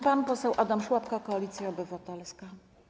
Pan poseł Adam Szłapka, Koalicja Obywatelska.